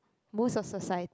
most of society